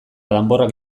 danborrak